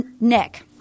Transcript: Nick